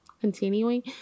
continuing